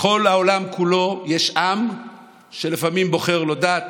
בכל העולם כולו יש עם שלפעמים בוחר לו דת,